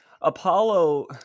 Apollo